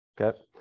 Okay